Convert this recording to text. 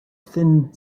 thin